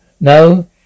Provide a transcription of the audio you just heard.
No